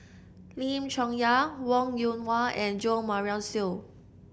Lim Chong Yah Wong Yoon Wah and Jo Marion Seow